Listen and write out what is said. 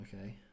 okay